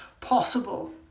possible